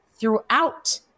throughout